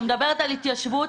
שמדברת על התיישבות,